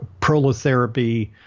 prolotherapy